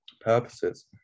purposes